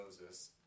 Moses